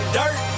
dirt